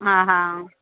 हा हा